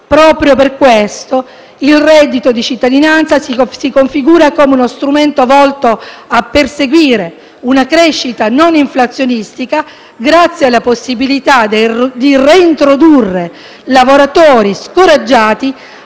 Proprio per questo, il reddito di cittadinanza si configura come uno strumento volto a perseguire una crescita non inflazionistica, grazie alla possibilità di reintrodurre lavoratori scoraggiati